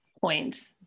point